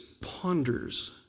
ponders